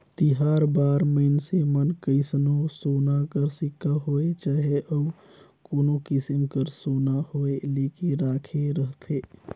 तिहार बार मइनसे मन कइसनो सोना कर सिक्का होए चहे अउ कोनो किसिम कर सोना होए लेके राखे रहथें